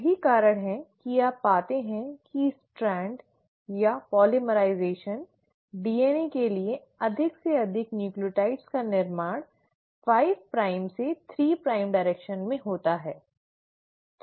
यही कारण है कि आप पाते हैं कि स्ट्रैंड या पोलीमराइजेशन डीएनए के लिए अधिक से अधिक न्यूक्लियोटाइड का निर्माण 5 प्राइम से 3 प्राइम डायरेक्शन में होता है